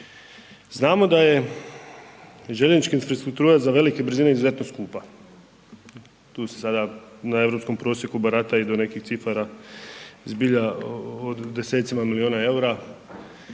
Znamo da je željeznička infrastruktura za velike brzine izuzetno skupa. Tu se sada na europskom prosjeku barata i do nekih cifara zbilja o desecima milijuna eura,